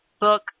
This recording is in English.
book